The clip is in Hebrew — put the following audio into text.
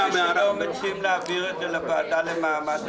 בקשה להעביר את זה לוועדת העבודה,